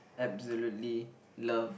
absolutely love